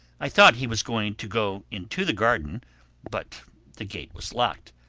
i thought he was going to go into the garden but the gate was locked.